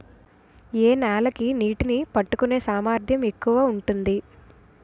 ఏ నేల కి నీటినీ పట్టుకునే సామర్థ్యం ఎక్కువ ఉంటుంది?